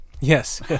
Yes